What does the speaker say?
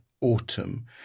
Autumn